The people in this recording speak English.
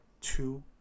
two